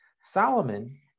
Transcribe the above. Solomon